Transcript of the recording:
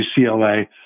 UCLA